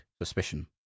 suspicion